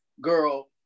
girl